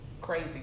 crazy